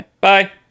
Bye